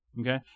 Okay